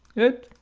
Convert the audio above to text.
good.